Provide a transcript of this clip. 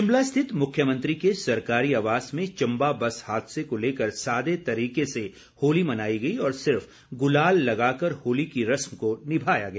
शिमला स्थित मुख्यमंत्री के सरकारी आवास में चम्बा बस हादसे को लेकर सादे तरीके से होली मनाई गई और सिर्फ गुलाल लगा कर होली की रस्म को निभाया गया